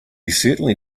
certainly